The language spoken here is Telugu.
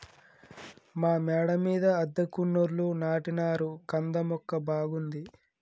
మా మేడ మీద అద్దెకున్నోళ్లు నాటినారు కంద మొక్క బాగుంది